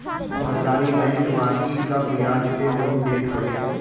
सरकारी बैंक बाकी कम बियाज पे लोन देत हवे